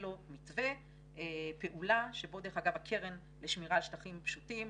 לו מתווה פעולה שבו הקרן לשמירה על שטחים פשוטים